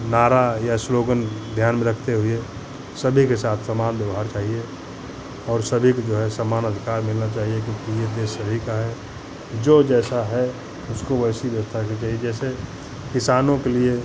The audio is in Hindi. नारा या स्लोगन ध्यान में रखते हुए सभी के साथ समान व्यवहार करिए और सभी को जो है समान अधिकार मिलने चाहिए क्योंकि ये देश सभी का है जो जैसा है उसको वैसी व्यवस्था दी जाएगी जैसे किसानों के लिए